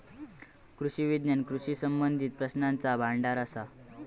कृषी विज्ञान कृषी संबंधीत प्रश्नांचा भांडार असा